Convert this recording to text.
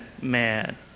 man